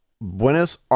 Buenos